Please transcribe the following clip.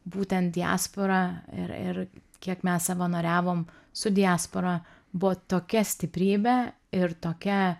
būtent diaspora ir ir kiek mes savanoriavom su diaspora buvo tokia stiprybė ir tokia